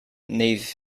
nav